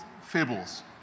fables